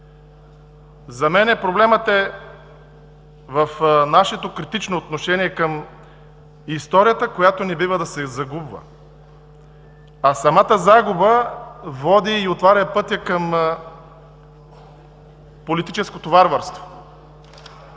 За мен проблемът е в нашето критично отношение към историята, която не бива да се загубва. Самата загуба води и отваря пътя към политическото варварство.